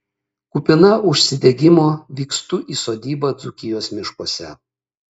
kupina užsidegimo vykstu į sodybą dzūkijos miškuose